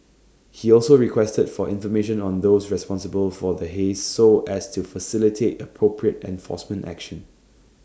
he also requested for information on those responsible for the haze so as to facilitate appropriate enforcement action